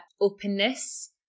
openness